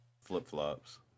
flip-flops